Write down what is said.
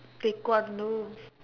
Taekwondo